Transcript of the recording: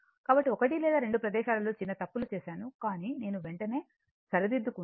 కాబట్టి 1 లేదా 2 ప్రదేశాలలో చిన్న తప్పులు చేశాను కానీ నేను వెంటనే సరిదిద్దుకుంటాను